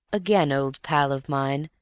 again, old pal of mine,